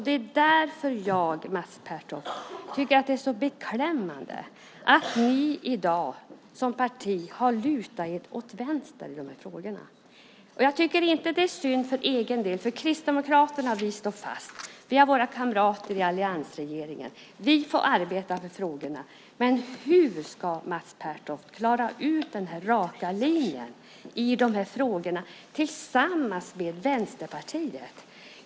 Det är därför jag tycker att det är så beklämmande, Mats Pertoft, att ni i dag som parti har lutat er åt vänster i frågorna. Det är inte synd för vår egen del eftersom Kristdemokraterna står fast. Vi har våra kamrater i alliansregeringen. Vi får arbeta med frågorna. Men hur ska Mats Pertoft klara ut den raka linjen i frågorna tillsammans med Vänsterpartiet?